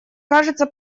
кажется